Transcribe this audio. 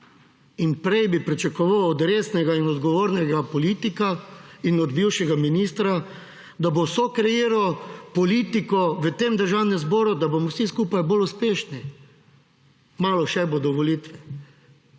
In prej bi pričakoval od resnega in odgovornega politika in od bivšega ministra, da bo sokreiral politiko v tem državnem zboru, da bomo vsi skupaj bolj uspešni. Kmalu volitve,